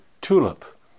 TULIP